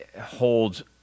holds